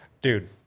dude